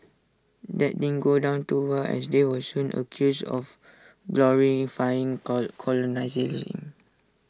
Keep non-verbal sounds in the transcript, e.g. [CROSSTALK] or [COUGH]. that didn't go down too well as they were soon accused of glorifying co [UNINTELLIGIBLE]